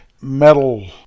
metal